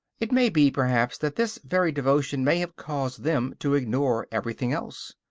it may be, perhaps, that this very devotion may have caused them to ignore everything else.